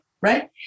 right